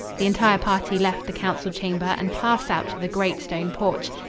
the entire party left the council-chamber and passed out to the great stone porch.